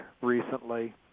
recently